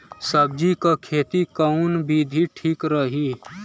सब्जी क खेती कऊन विधि ठीक रही?